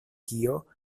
kio